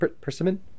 Persimmon